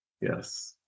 Yes